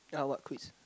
yea what quiz